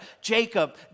Jacob